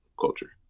culture